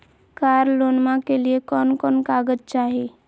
कार लोनमा के लिय कौन कौन कागज चाही?